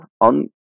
on